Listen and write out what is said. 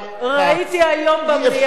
אי-אפשר,